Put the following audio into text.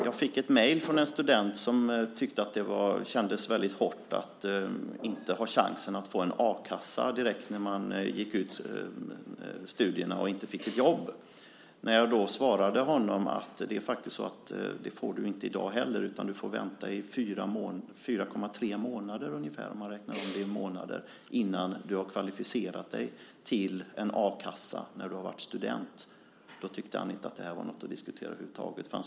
Jag har fått ett mejl från en student som tyckte att det kändes väldigt hårt att inte ha chansen att få a-kassa direkt efter det att man avslutat studierna och inte fått jobb. Jag svarade den här mannen att han inte heller i dag får a-kassa, utan han får vänta i ungefär 4,3 månader innan han kvalificerat sig för a-kassa efter att ha varit student. Då tyckte han inte att det här var något att över huvud taget diskutera.